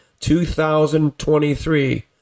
2023